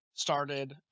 started